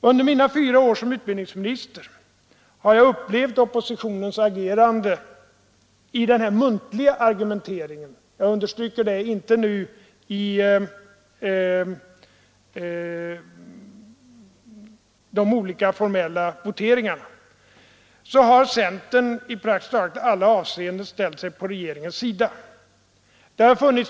Under mina fyra år som utbildningsminister har centerpartiet när det gäller denna muntliga argumentering — jag understryker att jag nu inte avser de olika formella voteringarna — i praktiskt taget alla avseenden ställt sig på regeringens sida.